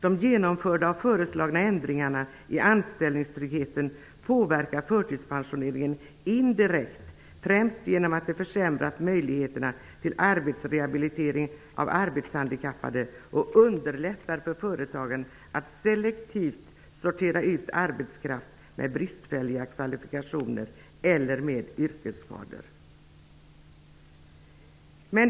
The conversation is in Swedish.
De genomförda och föreslagna ändringarna i anställningstryggheten påverkar förtidspensioneringen indirekt främst genom att det försämrar möjligheterna till arbetsrehabilitering av arbetshandikappade och underlättar för företagen att selektivt sortera ut arbetskraft med bristfälliga kvalifikationer eller med yrkesskador.